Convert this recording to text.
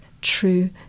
true